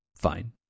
fine